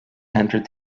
entered